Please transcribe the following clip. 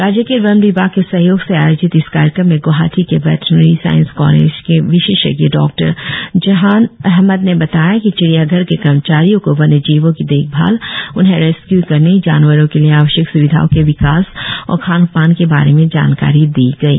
राज्य के वन विभाग के सहयोग से आयोजित इस कार्यक्रम में ग्वाहाटी के बेटेनरी साईंस कॉलेज के विशेषज्ञ डॉ जहान अहमद ने बताया कि चिड़ियाघर के कर्मचारियों को वन्य जीवों की देखभाल उन्हें रेस्क्यू करने जानवारों के लिए आवश्यक सुविधाओं के विकास और खानपान के बारे में जानकारी दी गई